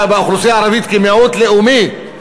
באוכלוסייה הערבית כמיעוט לאומי.